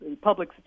public